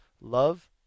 Love